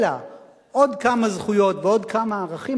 אלא עוד כמה זכויות ועוד כמה ערכים,